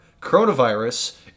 coronavirus